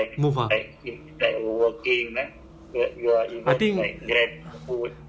so or they can they can go to park and then walk like someone someone mental ah